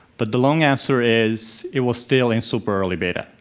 but the long answer is, it was still in super-early beta.